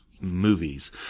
movies